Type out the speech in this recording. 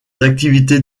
activités